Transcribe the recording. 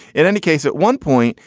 in any case, at one point,